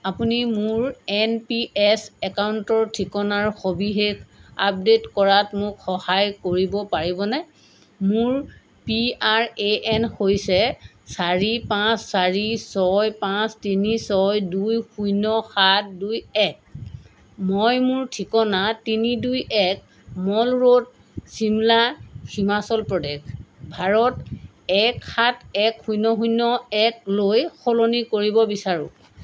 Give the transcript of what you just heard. আপুনি মোৰ N P S একাউণ্টৰ ঠিকনাৰ সবিশেষ আপডেট কৰাত মোক সহায় কৰিব পাৰিবনে মোৰ পি আৰ এ এন হৈছে চাৰি পাঁচ চাৰি ছয় পাঁচ তিনি ছয় দুই শূন্য সাত দুই এক মই মোৰ ঠিকনা তিনি দুই এক মল ৰোড চিমলা হিমাচল প্ৰদেশ ভাৰত এক সাত এক শূন্য শূন্য একলৈ সলনি কৰিব বিচাৰোঁ